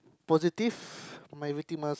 positive my everything must